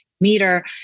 meter